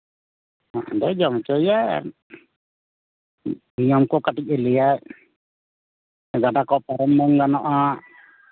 ᱚᱸᱰᱮ ᱡᱚᱢ ᱦᱚᱪᱚᱭᱮᱭᱟᱭ ᱱᱤᱭᱚᱢ ᱠᱚ ᱠᱟᱹᱴᱤᱡ ᱮ ᱞᱮᱭᱟᱭ ᱜᱟᱰᱟ ᱠᱚ ᱯᱟᱨᱚᱢ ᱵᱟᱝ ᱜᱟᱱᱚᱜᱼᱟ